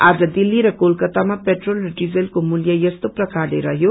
आज दिल्ली र कोलकातामाम पेट्रोल र डीजलको मूल्य यस्तो प्रकारले रहयो